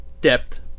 depth